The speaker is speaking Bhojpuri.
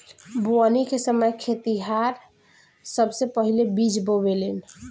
बोवनी के समय खेतिहर सबसे पहिले बिज बोवेलेन